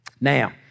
Now